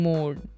Mode